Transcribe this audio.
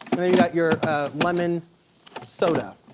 and then you got your lemon soda.